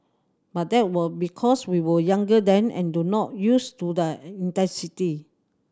but that were because we were younger then and do not used to the intensity